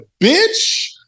bitch